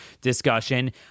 discussion